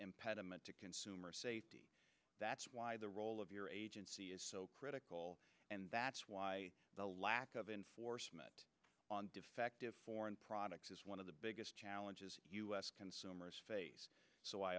impediment to consumer safety that's why the role of your agency is so critical and that's why the lack of enforcement on defective foreign products is one of the biggest challenges u s consumers face so i